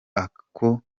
ako